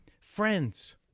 friends